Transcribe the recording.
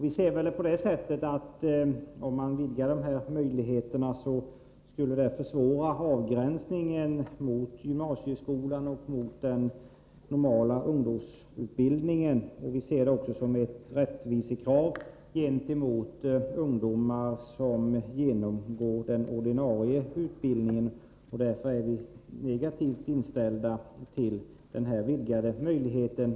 Vi ser saken på det sättet, att om man vidgar dessa möjligheter, skulle det försvåra avgränsningen mot gymnasieskolan och mot den normala ungdomsutbildningen. Vi ser detta också som ett rättvisekrav gentemot de ungdomar som genomgår den ordinarie utbildningen, och därför är vi negativa till denna vidgade möjlighet.